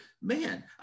man